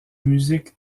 musique